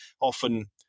Often